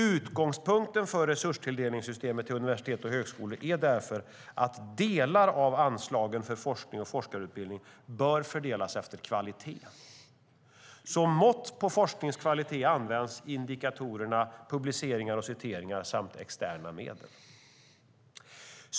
Utgångspunkten för resurstilldelningssystemet till universitet och högskolor är därför att delar av anslagen för forskning och forskarutbildning bör fördelas efter kvalitet. Som mått på forskningens kvalitet används indikatorerna publiceringar och citeringar samt externa medel.